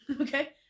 Okay